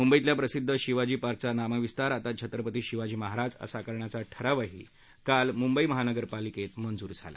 मुंबईतल्या प्रसिद्ध शिवाजी पार्कचा नामविस्तार आता छत्रपती शिवाजी महाराज पार्क असा करण्याचा ठराव काल महानगरपालिकेत मंजूर झाला